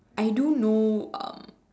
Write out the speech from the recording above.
I do know um